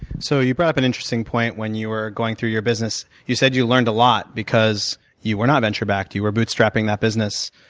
so you brought up an interesting point when you were going through your business. you said you learned a lot because you were not venture-backed, you were bootstrapping that business.